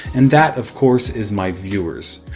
and that of course, is my viewers.